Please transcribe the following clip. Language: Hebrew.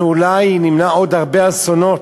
אנחנו אולי נמנע עוד הרבה אסונות,